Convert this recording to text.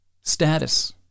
status